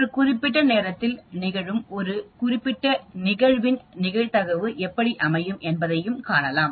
ஒரு குறிப்பிட்ட நேரத்தில் நிகழும் ஒரு குறிப்பிட்ட நிகழ்வின் நிகழ்தகவு எப்படி அமையும் என்பதையும் காணலாம்